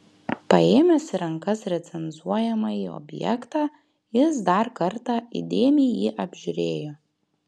paėmęs į rankas recenzuojamąjį objektą jis dar kartą įdėmiai jį apžiūrėjo